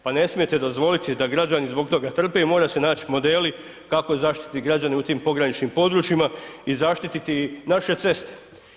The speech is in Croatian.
Pa ne smijete dozvoliti da građani zbog toga trpe i moraju se naći modeli kako zaštiti građane u tim pograničnim područjima i zaštiti naše ceste.